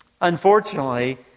Unfortunately